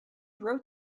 wrote